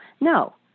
no